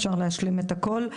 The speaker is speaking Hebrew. אפשר להשלים את הכול.